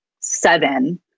seven